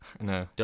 No